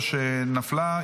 3 נפלה.